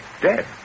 dead